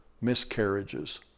miscarriages